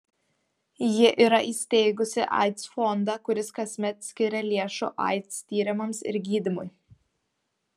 ji yra įsteigusi aids fondą kuris kasmet skiria lėšų aids tyrimams ir gydymui